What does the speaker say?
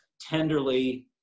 tenderly